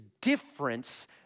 difference